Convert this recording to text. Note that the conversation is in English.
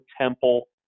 Temple